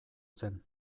zen